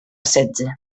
setze